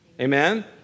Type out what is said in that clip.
Amen